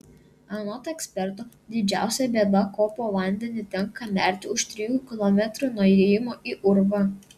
anot eksperto didžiausia bėda ko po vandeniu tenka nerti už trijų kilometrų nuo įėjimo į urvą